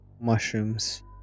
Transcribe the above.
mushrooms